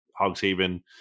Hogshaven